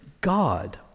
God